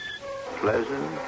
pleasant